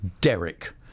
Derek